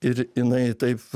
ir jinai taip